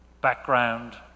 Background